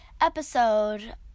episode